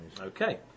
Okay